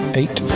eight